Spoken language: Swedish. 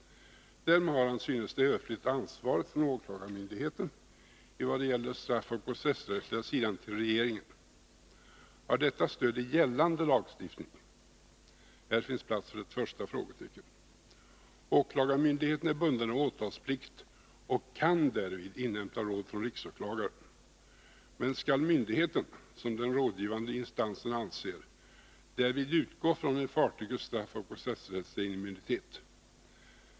Därmed har han, synes det, överflyttat ansvaret från åklagarmyndigheten i vad det gäller den straffoch processrättsliga sidan till regeringen. Har detta stöd i gällande lagstiftning? Här finns plats för ett första frågetecken. Åklagarmyndigheten är bunden av åtalsplikt och kan därvid inhämta råd från riksåklagaren. Men skall myndigheten, som den rådgivande instansen anser, därvid utgå från en fartygets straffoch processrättsliga immunitet?